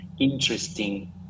interesting